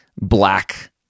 black